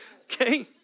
Okay